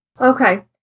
Okay